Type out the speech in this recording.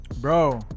bro